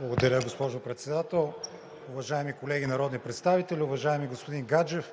Благодаря, госпожо Председател. Уважаеми колеги народни представители! Уважаеми господин Гаджев,